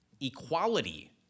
Equality